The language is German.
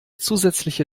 zusätzliche